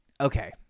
okay